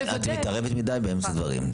את מתערבת מדי באמצע הדברים.